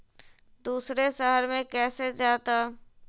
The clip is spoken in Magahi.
दूसरे शहर मे कैसे जाता?